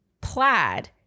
plaid